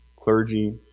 clergy